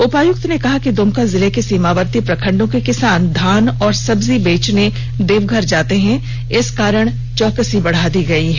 उपायुक्त ने कहा कि दुमका जिले के सीमावर्ती प्रखण्डों के किसान धान और सब्जी बेचने देवघर जाते हैं इस कारण चौकसी बढ़ा दी गई है